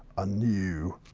a new